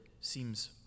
seems